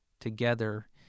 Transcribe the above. together